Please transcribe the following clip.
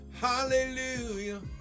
Hallelujah